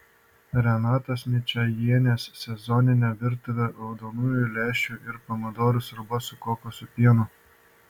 renatos ničajienės sezoninė virtuvė raudonųjų lęšių ir pomidorų sriuba su kokosų pienu